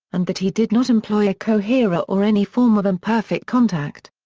and that he did not employ a coherer or any form of imperfect contact.